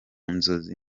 nzozi